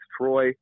Troy